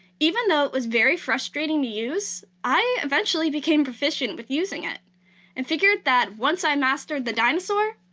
even though it was very frustrating to use, i eventually became proficient with using it and figured that once i mastered the dinosaur,